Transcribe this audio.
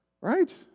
right